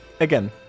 again